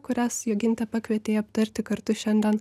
kurias joginte pakvietei aptarti kartu šiandien